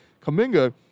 Kaminga